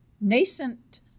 nascent